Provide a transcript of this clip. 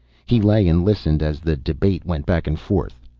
he lay and listened as the debate went back and forth,